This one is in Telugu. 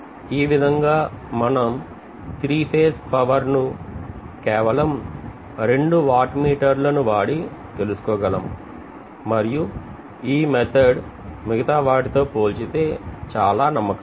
ఈ విదంగా మనం 3 ఫేజ్ పవర్ ను కేవలం 2 వాట్ మీటర్ లను వాడి తెలుసుకోగలం మరియు ఈ పద్ధతి మిగతావాటితో పోల్చితే చాల నమ్మకమైనది